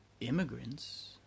immigrants